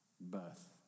birth